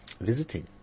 visiting